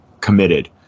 committed